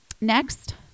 next